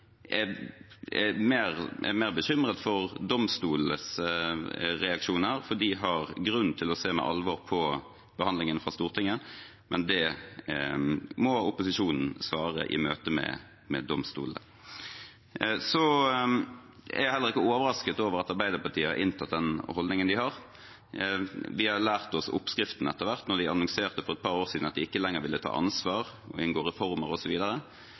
Jeg er mer bekymret for domstolenes reaksjoner, for de har grunn til å se med alvor på behandlingen fra Stortinget. Men det må opposisjonen svare på i møte med domstolene. Jeg er heller ikke overrasket over at Arbeiderpartiet har inntatt den holdningen de har. Vi har lært oss oppskriften etter hvert – da de annonserte for et par år siden at de ikke lenger ville ta ansvar, inngå reformer